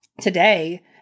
today